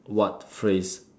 what phrase